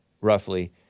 roughly